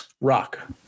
Rock